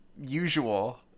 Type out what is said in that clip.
usual